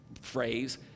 phrase